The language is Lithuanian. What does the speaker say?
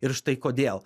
ir štai kodėl